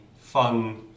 fun